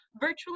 virtually